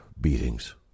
beatings